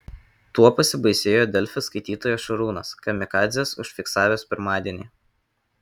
tuo pasibaisėjo delfi skaitytojas šarūnas kamikadzes užfiksavęs pirmadienį